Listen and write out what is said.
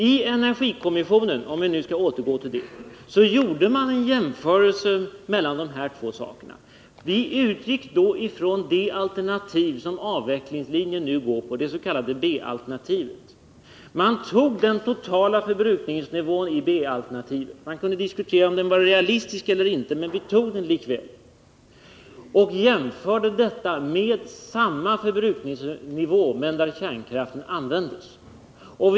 I energikommissionen, om vi nu skall återgå till den, gjorde vi en jämförelse mellan dessa två saker. Vi utgick då från det alternativ som avvecklingslinjen nu går på, det s.k. B-alternativet. Vi tog den totala förbrukningsnivån i B-alternativet — man kunde diskutera om den var realistisk eller inte, men man tog den likväl — och jämförde den med samma förbrukningsnivå vid användning av kärnkraft.